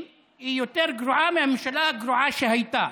היא יותר גרועה מהממשלה הגרועה שהייתה,